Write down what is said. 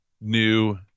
new